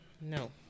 No